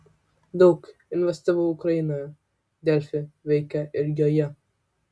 daug investavau ukrainoje delfi veikia ir joje